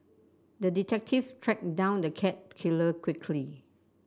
the detective tracked down the cat killer quickly